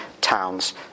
towns